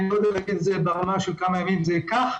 אני לא יודע להגיד כמה ימים זה ייקח,